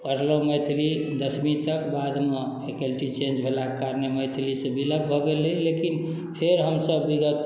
पढ़लहुँ मैथिली दसमी तक बादमे फैकल्टी चेन्ज भेलाके कारणे मैथिलीसँ विलग भऽ गेल रही लेकिन फेर हमसब विगत